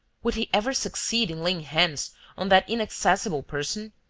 would he ever succeed in laying hands on that inaccessible person?